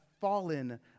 fallen